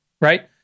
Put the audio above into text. right